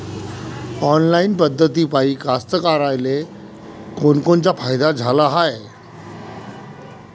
Online पद्धतीपायी कास्तकाराइले कोनकोनचा फायदा झाला हाये?